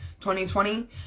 2020